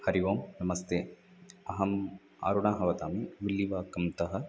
हरिः ओं नमस्ते अहं अरुणः वदामि मिल्लिवाकं तः